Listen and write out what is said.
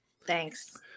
Thanks